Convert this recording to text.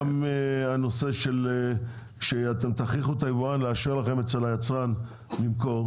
גם הנושא שאתם תכריחו את היבואן לאשר לכם אצל היצרן למכור.